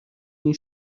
این